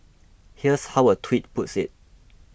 here's how a Tweet puts it